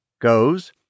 goes